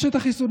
יש את החיסונים,